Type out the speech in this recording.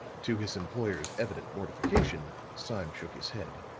to his employer's evident mortification, sime shook his head.